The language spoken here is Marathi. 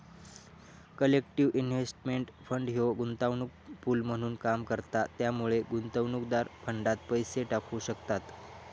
कलेक्टिव्ह इन्व्हेस्टमेंट फंड ह्यो गुंतवणूक पूल म्हणून काम करता त्यामुळे गुंतवणूकदार फंडात पैसे टाकू शकतत